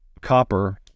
copper